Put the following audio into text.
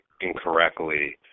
incorrectly